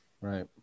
Right